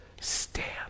stand